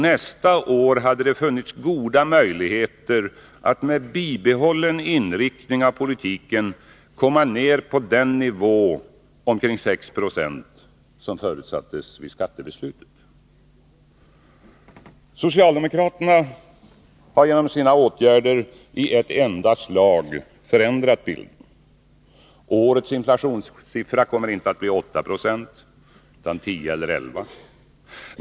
Nästa år hade det funnits goda möjligheter att med bibehållen inriktning av politiken komma ner på den nivå omkring 6 20 som förutsattes vid skattebeslutet. Socialdemokraterna har genom sina åtgärder i ett enda slag förändrat bilden. Årets inflationssiffra kommer inte att bli 8 76 utan 10 eller 11.